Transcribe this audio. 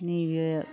नैबे